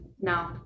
no